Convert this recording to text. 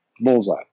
Bullseye